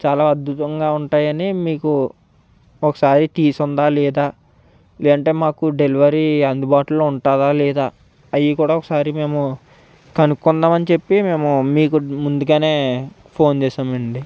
చాలా అద్భుతంగా ఉంటాయని మీకు ఒకసారి తీసుందా లేదా లేదంటే మాకు డెలివరీ అందుబాటులో ఉంటుందా లేదా అవి కూడా ఒకసారి మేము కనుక్కుందామని చెప్పి మేము మీకు ముందుగా ఫోన్ చేశామండి